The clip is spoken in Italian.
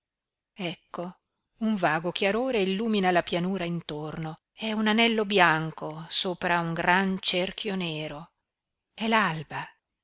ecco un vago chiarore illumina la pianura intorno è un anello bianco sopra un gran cerchio nero è